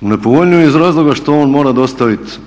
U nepovoljniju iz razloga što on mora dostaviti,